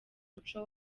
umuco